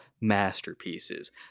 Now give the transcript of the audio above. masterpieces